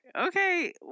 Okay